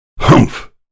Humph